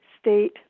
State